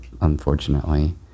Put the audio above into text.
unfortunately